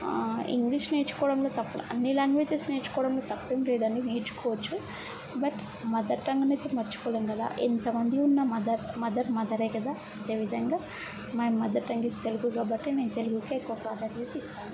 English నేర్చుకోవడంలో తప్పు అన్ని లాంగ్వేజెస్ నేర్చుకోవడంలో తప్పు ఏం లేదు అండీ నేర్చుకోవచ్చు బట్ మదర్ టంగ్ని అయితే మర్చిపోలేం కదా ఎంత మంది ఉన్నా మదర్ మదర్ మదరే కదా అదే విధంగా my mother tongue is Telugu కాబట్టి నేను తెలుగుకే ఎక్కువ ప్రధాన్యత ఇస్తాను